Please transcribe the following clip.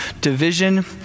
division